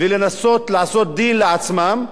ולנסות לעשות דין לעצמם,